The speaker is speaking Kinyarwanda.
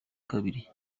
kabiri